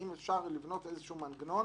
האם אפשר לבנות איזשהו מנגנון